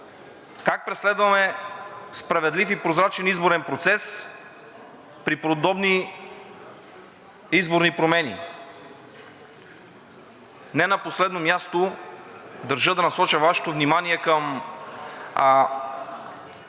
Как преследваме справедлив и прозрачен изборен процес при подобни изборни промени? Не на последно място държа да насоча Вашето внимание към